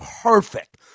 perfect